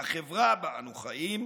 מהחברה שבה אנו חיים,